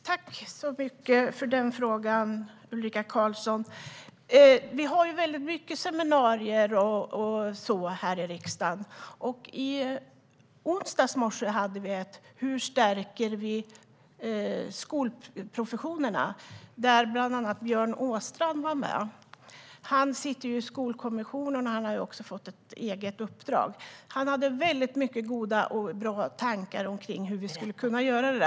Herr talman! Tack så mycket för den frågan, Ulrika Carlsson! Vi har ju väldigt mycket seminarier och sådant här i riksdagen. I onsdags morse hade vi ett om hur vi stärker skolprofessionerna, där bland annat Björn Åstrand var med. Han sitter i Skolkommissionen och har också fått ett eget uppdrag. Han hade väldigt mycket bra tankar kring hur vi skulle kunna göra detta.